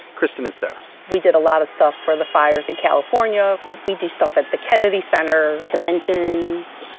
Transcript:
kristin is there we did a lot of stuff for the fires in california. we'd do stuff at the kennedy center, conventions,